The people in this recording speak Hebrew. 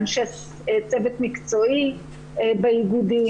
אנשי צוות מקצועי באיגודים.